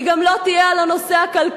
היא גם לא תהיה על הנושא הכלכלי,